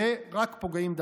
ורק פוגעים דרכם.